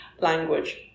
language